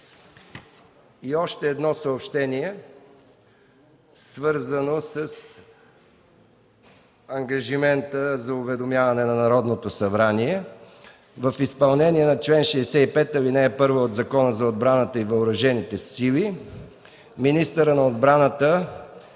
Още едно съобщение, свързано с ангажимента за уведомяване на Народното събрание. В изпълнение на чл. 65, ал. 1 от Закона за отбраната и въоръжените сили министърът на отбраната